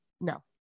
no